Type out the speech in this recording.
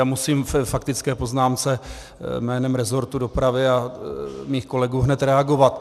A musím ve faktické poznámce jménem rezorty dopravy a mých kolegů hned reagovat.